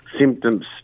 symptoms